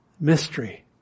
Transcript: Mystery